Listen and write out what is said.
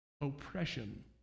Oppression